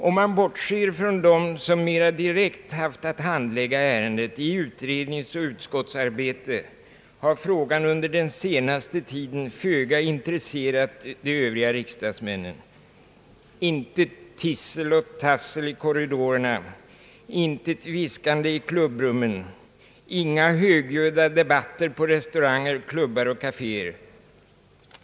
Om man bortser från dem som mera direkt haft att handlägga ärendet i utredningsoch utskottsarbete har det under den senaste tiden föga intresserat riksdagsmännen. Intet tissel och tassel i korridorerna, intet viskande i klubbrummen, inga högljudda debatter på restauranger, klubbar och kaféer.